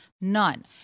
None